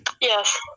Yes